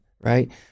right